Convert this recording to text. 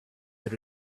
that